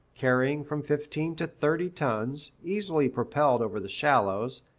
carrying from fifteen to thirty tons, easily propelled over the shallows,